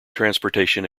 transportation